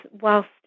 whilst